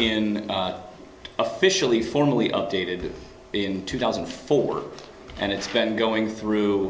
in officially formally updated in two thousand and four and it's been going through